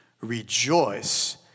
Rejoice